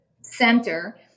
center